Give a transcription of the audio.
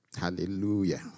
Hallelujah